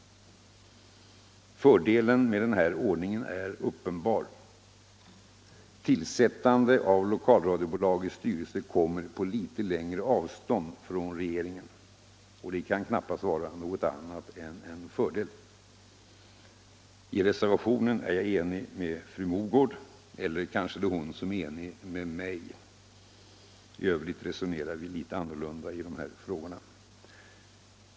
Fördelen med denna ordning är uppenbar. Tillsättande av lokalradiobolagets styrelse kommer på litet längre avstånd från regeringen. Och det kan knappast vara något annat än en fördel. Vad gäller denna reservation är jag enig med fru Mogård — eller kanske är det hon som är enig med mig. I övrigt resonerar vi litet annorlunda i de här frågorna.